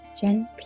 gently